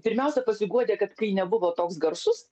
pirmiausia pasiguodė kad kai nebuvo toks garsus